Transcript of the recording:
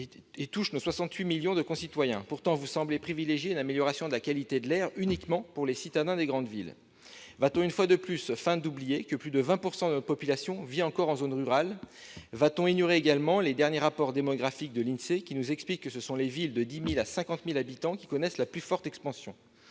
et touche nos 68 millions de concitoyens. Pourtant, vous semblez privilégier l'amélioration de la qualité de l'air uniquement pour les citadins des grandes villes. Allons-nous, une fois de plus, feindre d'oublier que plus de 20 % de la population vit encore en zone rurale ? Allons-nous ignorer également les derniers rapports démographiques de l'Insee, selon lesquels ce sont les villes de 10 000 à 50 000 habitants qui connaissent la plus forte expansion ?